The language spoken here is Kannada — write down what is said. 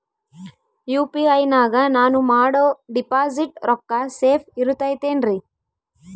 ಯು.ಪಿ.ಐ ನಾಗ ನಾನು ಮಾಡೋ ಡಿಪಾಸಿಟ್ ರೊಕ್ಕ ಸೇಫ್ ಇರುತೈತೇನ್ರಿ?